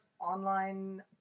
online